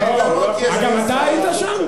גם אתה היית שם?